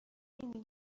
نمی